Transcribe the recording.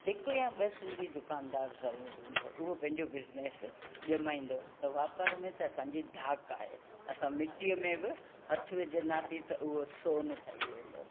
हिकु यां ॿ सिंधी दुकानदार ज़रूरु हूंदो उहो पंहिंजो बिज़िनेस ॼमाईंदो त वापार में त असांजी धाक आहे असां मिट्टीअ में बि हथु विझंदासीं त उहो सोन ठही वेंदो